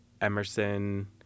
Emerson